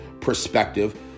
perspective